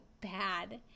bad